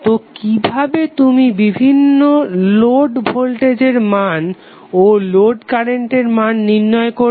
তো কিভাবে তুমি বিভিন্ন লোড ভোল্টেজের মান ও লোড কারেন্টের মান নির্ণয় করবে